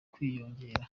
kwiyongera